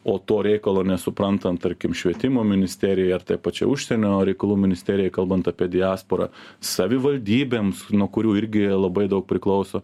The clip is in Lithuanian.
o to reikalo nesuprantant tarkim švietimo ministerijoje ar toje pačioje užsienio reikalų ministerijoj kalbant apie diasporą savivaldybėms nuo kurių irgi labai daug priklauso